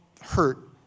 hurt